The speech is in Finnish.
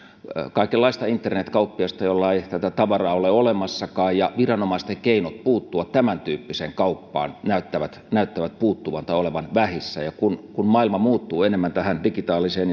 kaikenlaista internetkauppiasta joilla ei tätä tavaraa ole olemassakaan ja viranomaisten keinot puuttua tämäntyyppiseen kauppaan näyttävät näyttävät puuttuvan tai olevan vähissä ja kun kun maailma muuttuu enemmän tämän digitaalisen